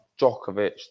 Djokovic